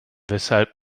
weshalb